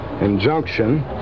injunction